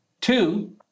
Two